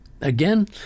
Again